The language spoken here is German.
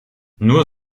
nur